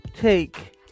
take